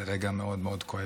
זה רגע מאוד מאוד כואב.